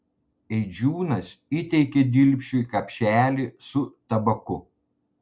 eidžiūnas įteikė dilpšui kapšelį su tabaku